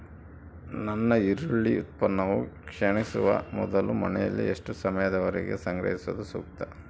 ನನ್ನ ಈರುಳ್ಳಿ ಉತ್ಪನ್ನವು ಕ್ಷೇಣಿಸುವ ಮೊದಲು ಮನೆಯಲ್ಲಿ ಎಷ್ಟು ಸಮಯದವರೆಗೆ ಸಂಗ್ರಹಿಸುವುದು ಸೂಕ್ತ?